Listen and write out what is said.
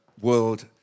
world